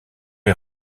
est